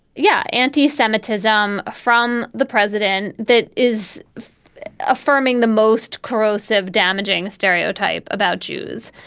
yeah. anti-semitism from the president that is affirming the most corrosive, damaging stereotype about jews.